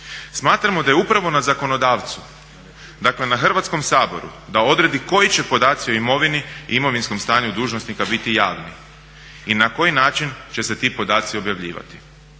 Smatramo da je upravo na zakonodavcu, dakle na Hrvatskom saboru da odredi koji će podaci o imovini i imovinskom stanju dužnosnika biti javni i na koji način će se ti podaci objavljivati.